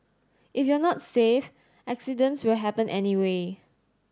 if you're not safe accidents will happen anyway